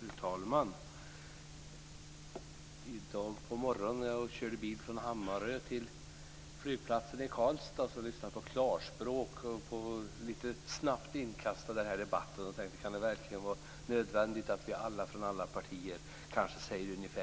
Fru talman! I dag på morgonen när jag körde bil från Hammarö till flygplatsen i Karlstad lyssnade jag på Klarspråk. Jag blev lite snabbt inkastad i den här debatten, och jag tänkte: Kan det verkligen vara nödvändigt att alla partier kanske säger samma sak?